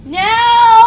now